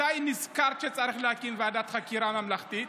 מתי נזכרת שצריך להקים ועדת חקירה ממלכתית?